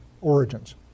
origins